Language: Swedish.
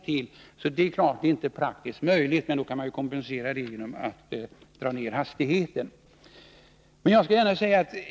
Den lösningen är alltså inte praktiskt möjlig, men man kan kompensera detta genom att dra ner hastigheten.